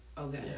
Okay